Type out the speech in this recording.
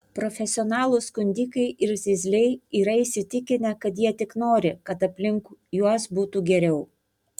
profesionalūs skundikai ir zyzliai yra įsitikinę kad jie tik nori kad aplink juos būtų geriau